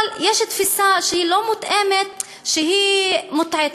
אבל יש תפיסה שלא מותאמת, שהיא קצת מוטעית: